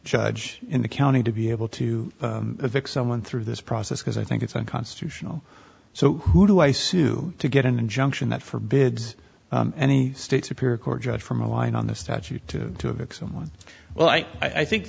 judge in the county to be able to pick someone through this process because i think it's unconstitutional so who do i sue to get an injunction that forbids any state superior court judge from a line on the statute to pick someone well i i think